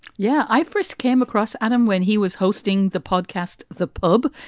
yeah. i first came across adam when he was hosting the podcast, the pub,